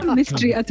mystery